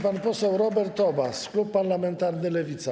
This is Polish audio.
Pan poseł Robert Obaz, klub parlamentarny Lewica.